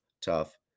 tough